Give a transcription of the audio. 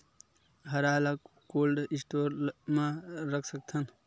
हरा ल cold store म रख सकथन?